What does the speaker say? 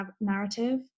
narrative